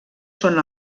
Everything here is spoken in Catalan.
són